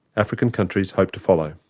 african countries hope to follow.